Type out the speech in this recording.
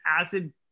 acid